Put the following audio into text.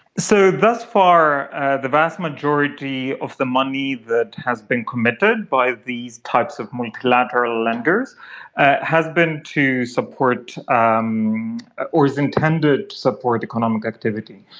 so, thus far the vast majority of the money that has been committed by these types of multilateral lenders has been to support um ah or is intended to support economic activity.